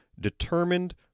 determined